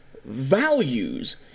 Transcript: Values